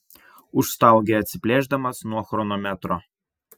užstaugė atsiplėšdamas nuo chronometro